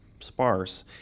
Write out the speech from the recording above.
sparse